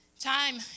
Time